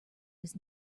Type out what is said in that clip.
his